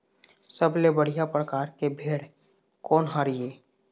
सबले बढ़िया परकार के भेड़ कोन हर ये?